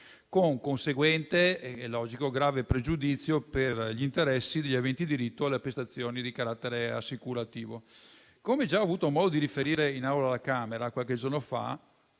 con conseguente e logico grave pregiudizio per gli interessi degli aventi diritto alle prestazioni di carattere assicurativo. Come già ho avuto modo di riferire in Aula alla Camera dei deputati qualche giorno fa,